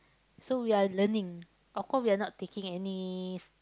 so we are learning of course we are not taking any s~